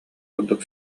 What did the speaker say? курдук